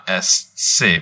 SC